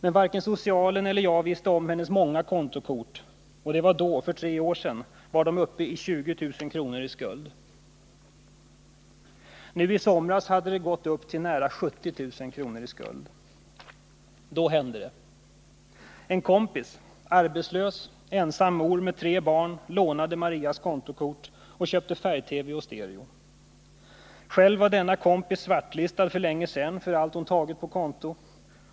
Men varken socialen eller jag visste om hennes många kontokort. De var då, för 3 år sen, uppe i 20 000 kr. i skuld. Nu i sommar hade de gått upp till nära 70 000 kr. Då hände det. En kompis, arbetslös, ensam mor med 3 barn ”lånade” Marias kontokort och köpte färg-TV och stereo. Själv var denna kompis svartlistad” för längesen för allt hon tagit på konto.